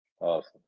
Awesome